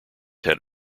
had